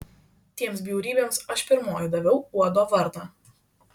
tiems bjaurybėms aš pirmoji daviau uodo vardą